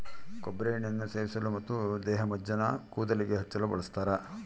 ಕೊಬ್ಬರಿ ಎಣ್ಣೆಯನ್ನು ಸೇವಿಸಲು ಮತ್ತು ದೇಹಮಜ್ಜನ ಕೂದಲಿಗೆ ಹಚ್ಚಲು ಬಳಸ್ತಾರ